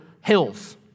hills